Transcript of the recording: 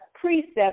precepts